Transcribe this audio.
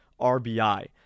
RBI